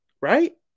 right